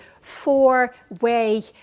four-way